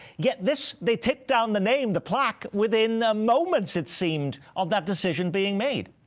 yet this they take down the name, the plaque within moments it seemed of that decision being made.